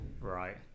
Right